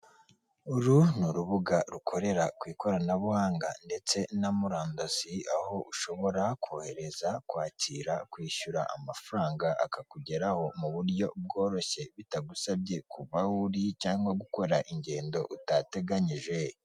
Uru ni urubuga rukorera ku ikoranabuhanga ndetse na murandasi, aho ushobora kohereza kwakira kwishyura amafaranga akakugeraho mu buryo bworoshye bitagusabye kuva wu cyangwa gukora ingendo utateganyije.